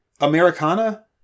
Americana